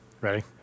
ready